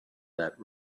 that